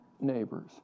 neighbors